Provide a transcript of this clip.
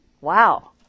Wow